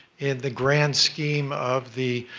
in the grand scheme of the